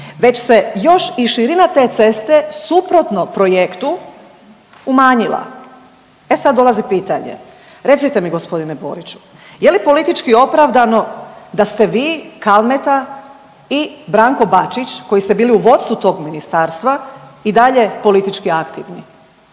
već se još i širina te ceste suprotno projektu umanjila. E sad dolazi pitanje. Recite mi gospodine Boriću je li politički opravdano da ste vi, Kalmeta i Branko Bačić koji ste bili u vodstvu tog ministarstva i dalje politički aktivni?